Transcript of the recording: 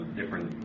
different